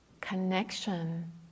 connection